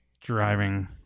driving